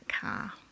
car